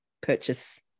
purchase